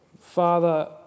Father